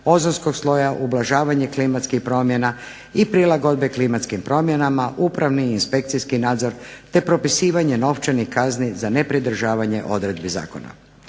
ozonskog sloja, ublažavanje klimatskih promjena i prilagodbe klimatskim promjenama, upravni i inspekcijski nadzor te propisivanje novčanih kazni za nepridržavanje odredbi zakona.